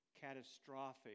catastrophic